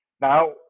Now